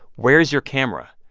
where's your camera?